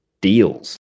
deals